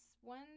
one